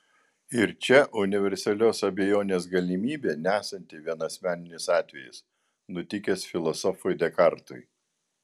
ir čia universalios abejonės galimybė nesanti vien asmeninis atvejis nutikęs filosofui dekartui